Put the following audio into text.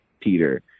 Peter